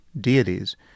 deities